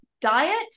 diet